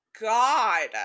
god